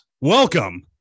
welcome